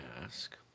ask